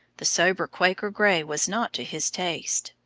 the sober quaker grey was not to his taste.